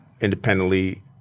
independently